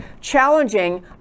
challenging